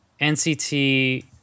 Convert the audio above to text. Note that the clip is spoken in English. NCT